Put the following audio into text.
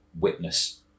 witness